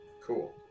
Cool